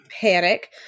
panic